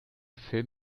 fill